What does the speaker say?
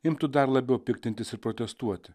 imtų dar labiau piktintis ir protestuoti